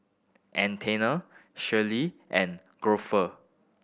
Anthena Shirlee and Grover